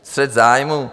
Střet zájmů?